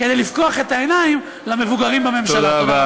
כדי לפקוח את העיניים למבוגרים בממשלה.